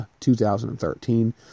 2013